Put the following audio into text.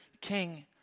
king